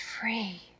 free